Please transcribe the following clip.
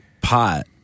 pot